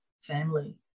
family